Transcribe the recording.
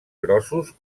grossos